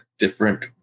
different